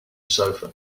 sofa